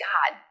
God